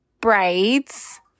braids